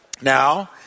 Now